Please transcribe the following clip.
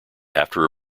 after